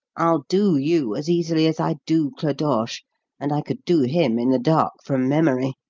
i'll do you as easily as i do clodoche and i could do him in the dark from memory.